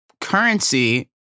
currency